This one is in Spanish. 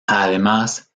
además